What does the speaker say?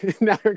now